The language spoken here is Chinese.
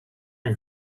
蛱蝶